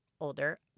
older